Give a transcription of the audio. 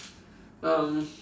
um